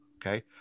Okay